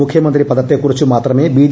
മുഖ്യമന്ത്രി പദത്തെക്കുറിച്ചു മാത്രമേ ബി